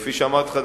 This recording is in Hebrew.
כפי שאמרתי לך,